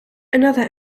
another